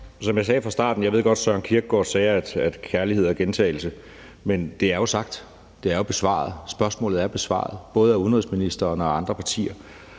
12:23 Jeppe Søe (M): Jeg ved godt, at Søren Kierkegaard sagde, at kærlighed er gentagelse, men det er jo blevet sagt; det er blevet besvaret. Spørgsmålet er både besvaret af udenrigsministeren og andre partier,